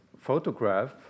photograph